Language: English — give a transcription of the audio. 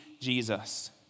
Jesus